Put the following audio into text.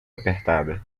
apertada